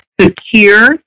secure